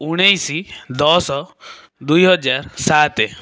ଉଣେଇଶ ଦଶ ଦୁଇହଜାର ସାତ